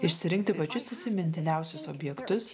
išsirinkti pačius įsimintiniausius objektus